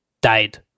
died